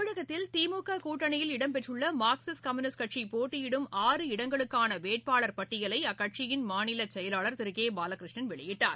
தமிழகத்தில் திமுக கூட்டணியில் இடம்பெற்றுள்ள மார்க்சிஸ்ட் கம்யூனிஸ்ட் கட்சி போட்டியிடும் ஆறு இடங்களுக்கான வேட்பாளர் பட்டியலை அக்கட்சியின் மாநிலச்செயலாளர் திரு கே பாலகிருஷ்ணன் வெளியிட்டார்